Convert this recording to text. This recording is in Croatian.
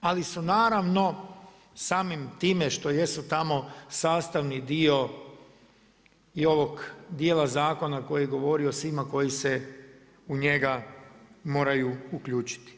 Ali su naravno, samim time što jesu tamo sastavni dio i ovog djela zakona koji je govorio svima koji se u njega moraju uključiti.